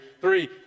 Three